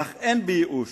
אך אין בי ייאוש.